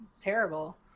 terrible